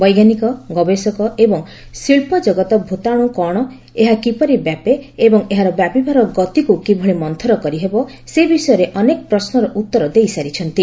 ବୈଜ୍ଞାନିକ ଗବେଷକ ଏବଂ ଶିଳ୍ପ ଜଗତ ଭୂତାଣୁ କ'ଣ ଏହା କିପରି ବ୍ୟାପେ ଏବଂ ଏହାର ବ୍ୟାପିବାର ଗତିକୁ କିଭଳି ମନ୍ଥର କରିହେବ ସେ ବିଷୟରେ ଅନେକ ପ୍ରଶ୍ୱର ଉତ୍ତର ଦେଇସାରିଛନ୍ତି